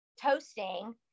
toasting